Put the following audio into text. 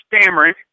stammering